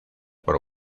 por